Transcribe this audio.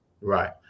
right